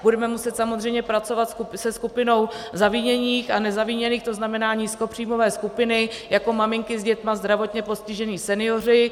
Budeme muset samozřejmě pracovat se skupinou zaviněných a nezaviněných, to znamená nízkopříjmové skupiny jako maminky s dětmi, zdravotně postižení, senioři.